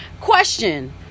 Question